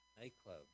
Nightclub